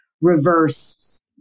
reverse